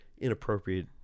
inappropriate